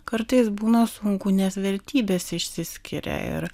kartais būna sunku nes vertybės išsiskiria ir